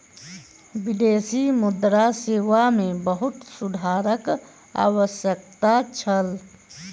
विदेशी मुद्रा सेवा मे बहुत सुधारक आवश्यकता छल